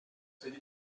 rue